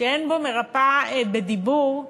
שאין בו מרפאה בדיבור,